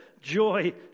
joy